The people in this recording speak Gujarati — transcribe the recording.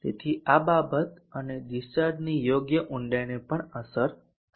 તેથી આ બાબત અને ડીસ્ચાર્જની યોગ્ય ઊંડાઈને પણ અસર કરશે